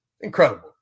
Incredible